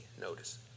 Notice